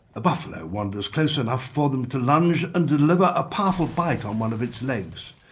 a buffalo wanders close enough for them to lunge and deliver a powerful bite on one of its legs.